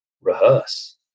rehearse